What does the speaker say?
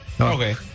Okay